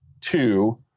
two